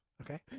Okay